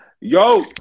Yo